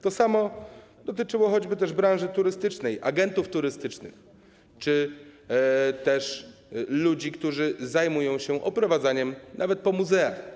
To samo dotyczyło też choćby branży turystycznej, agentów turystycznych czy ludzi, którzy zajmują się oprowadzaniem, nawet po muzeach.